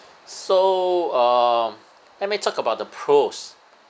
so um let me talk about the pros